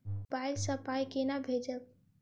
Mobile सँ पाई केना भेजब?